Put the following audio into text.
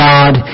God